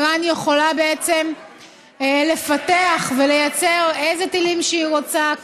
איראן יכולה לפתח ולייצר איזה טילים שהיא רוצה,